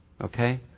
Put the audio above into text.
Okay